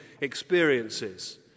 experiences